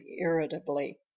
irritably